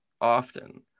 often